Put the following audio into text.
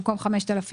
במקום "5,000"